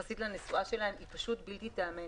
ביחס לנסועה שלהם הוא פשוט בלתי ייאמן.